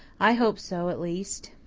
i hope so, at least.